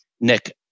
Nick